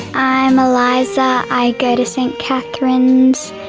i'm eliza. i go to st catherine's.